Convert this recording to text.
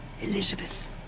Elizabeth